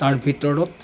তাৰ ভিতৰত